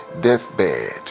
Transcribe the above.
deathbed